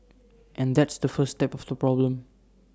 and that's the first step of the problem